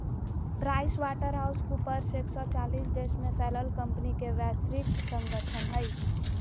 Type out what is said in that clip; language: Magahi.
प्राइस वाटर हाउस कूपर्स एक सो चालीस देश में फैलल कंपनि के वैश्विक संगठन हइ